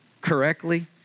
correctly